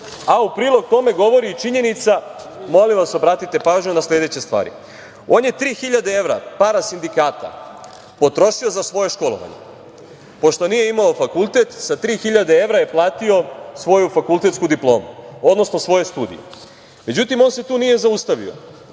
a u prilog tome govori i činjenica, molim vas, obratite pažnju na sledeće stvari. On je tri hiljade evra para sindikata potrošio za svoje školovanje. Pošto nije imao fakultet, sa tri hiljade evra je platio svoju fakultetsku diplomu, odnosno svoje studije.Međutim, on se tu nije zaustavio.